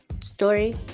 story